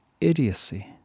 idiocy